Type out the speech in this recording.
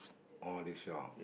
or this shop